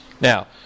Now